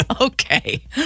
Okay